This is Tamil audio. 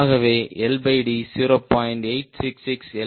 ஆகவே LD 0